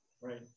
right